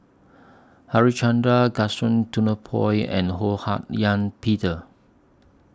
Harichandra Gaston Dutronquoy and Ho Hak Ean Peter